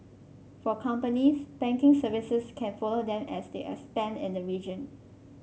for companies banking services can follow them as they expand in the region